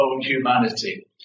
humanity